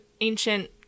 ancient